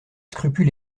scrupules